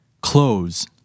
close